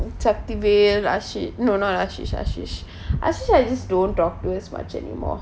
saktil ashey no no ashey ashey ashey I just don't talk to him much any more